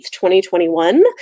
2021